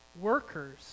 workers